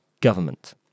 government